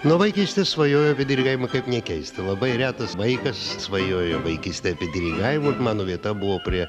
nuo vaikystės svajojau apie dirigavimą kaip nekeista labai retas vaikas svajojo vaikystėj dirigavimo mano vieta buvo prie